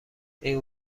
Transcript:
این